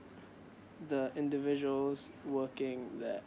the individuals working there